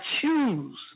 choose